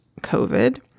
COVID